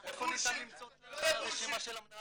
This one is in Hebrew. איפה ניתן למצוא את הרשימה של המנהלים?